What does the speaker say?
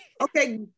Okay